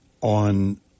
on –